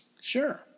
Sure